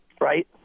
right